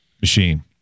machine